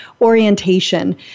orientation